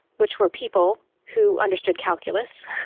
which were people who understood calculus,